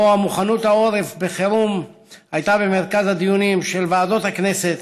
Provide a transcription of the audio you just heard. שבו מוכנות העורף בחירום הייתה במרכז הדיונים של ועדות הכנסת,